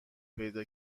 پیدا